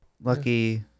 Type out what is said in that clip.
Lucky